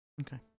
Okay